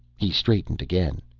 he straightened again.